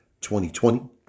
2020